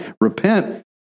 repent